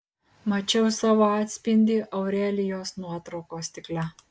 mačiau savo atspindį aurelijos nuotraukos stikle